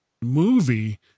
movie